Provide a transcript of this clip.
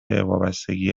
وابستگی